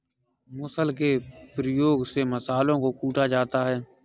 मुसल के प्रयोग से मसालों को कूटा जाता है